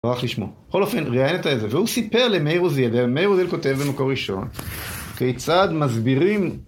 בכל אופן ראיינת איזה זוג והוא סיפר למאיר עוזיאל, ומאיר עוזיאל כותב במקור ראשון כיצד מסבירים